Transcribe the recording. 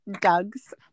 Doug's